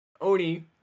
Oni